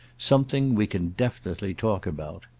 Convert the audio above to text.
something we can definitely talk about.